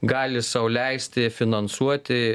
gali sau leisti finansuoti